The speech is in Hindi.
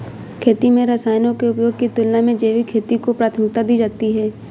खेती में रसायनों के उपयोग की तुलना में जैविक खेती को प्राथमिकता दी जाती है